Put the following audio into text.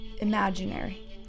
imaginary